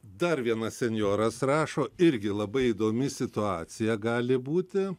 dar vienas senjoras rašo irgi labai įdomi situacija gali būti